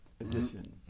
edition